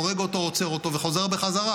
הורג אותו או עוצר אותו וחוזר חזרה,